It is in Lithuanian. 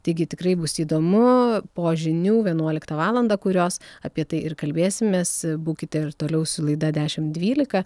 taigi tikrai bus įdomu po žinių vienuoliktą valandą kurios apie tai ir kalbėsimės būkite ir toliau su laida dešim dvylika